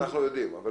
אנחנו יודעים את זה.